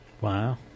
Wow